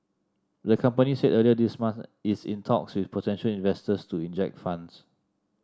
the company said earlier this month it's in talks with potential investors to inject funds